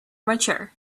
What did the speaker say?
mature